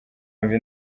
wumve